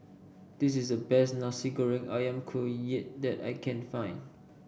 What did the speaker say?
this is the best Nasi Goreng ayam Kunyit that I can find